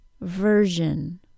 Version